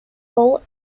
all